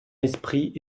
esprit